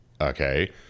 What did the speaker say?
okay